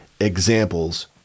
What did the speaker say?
examples